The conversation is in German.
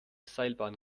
seilbahn